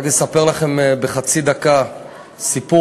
אספר לכם בחצי דקה סיפור.